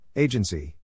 Agency